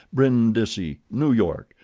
brindisi, new york,